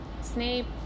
Snape